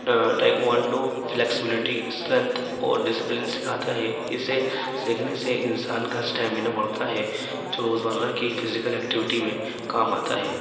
taekwondo flexibility strength اور discipline سکھاتا ہے اسے سیکھنے سے انسان کا اسٹیمینا بڑھتا ہے جو روز مرہ کی فزیکل ایکٹیوٹی میں کام آتا ہے